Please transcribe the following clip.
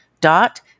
dot